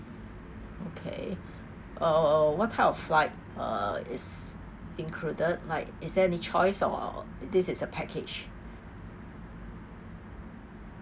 okay uh what type of flight uh is included like is there any choice or this is a package